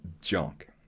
junk